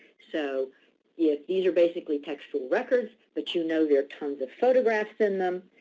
so if these are basically textual records, but you know their terms of photographs in them,